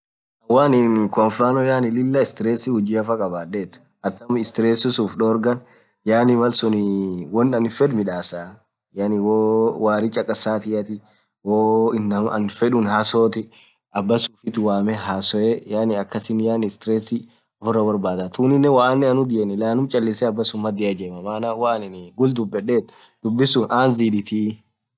Woanin Kwa mfano yaani Lila strees hujiaa faa kabadhethu atam stress sunn uff dhorgan yaani malsun won anin fedh midhasaa yaani woo warii chaksaa woo inamaa anin fedh hassothi abasun ufth wamee hasoe yaani akasin stress ufurah borbadha thunen woanen anna udhieni lannum chalise abba suun madhia ijemaa maana woanin ghul dhubedhethu dhubin suun athi zidhithiiii